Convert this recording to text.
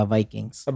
Vikings